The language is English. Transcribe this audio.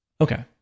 Okay